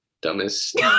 dumbest